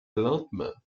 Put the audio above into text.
lentement